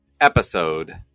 episode